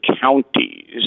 counties